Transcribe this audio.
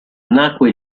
nacque